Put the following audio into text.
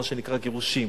מה שנקרא גירושין.